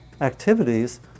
activities